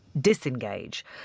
disengage